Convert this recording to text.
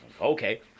okay